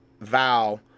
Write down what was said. vow